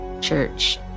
church